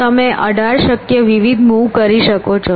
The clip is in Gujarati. તમે 18 શક્ય વિવિધ મૂવ કરી શકો છો